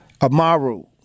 Amaru